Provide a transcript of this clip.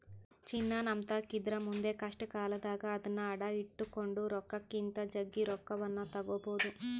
ಚಿನ್ನ ನಮ್ಮತಾಕಿದ್ರ ಮುಂದೆ ಕಷ್ಟಕಾಲದಾಗ ಅದ್ನ ಅಡಿಟ್ಟು ಕೊಂಡ ರೊಕ್ಕಕ್ಕಿಂತ ಜಗ್ಗಿ ರೊಕ್ಕವನ್ನು ತಗಬೊದು